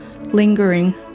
lingering